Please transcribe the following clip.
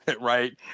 right